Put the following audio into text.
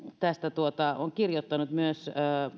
tästä on kirjoittanut myös